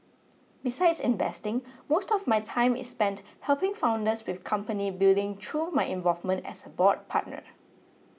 besides investing most of my time is spent helping founders with company building through my involvement as a board partner